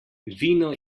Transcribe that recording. vino